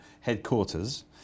headquarters